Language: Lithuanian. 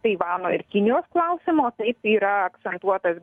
taivano ir kinijos klausimo taip yra akcentuotas